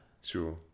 Sure